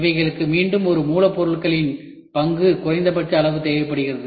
இவைகளுக்கு மீண்டும் ஒரு மூலப்பொருட்களின் பங்கு குறைந்தபட்ச அளவு தேவைப்படுகிறது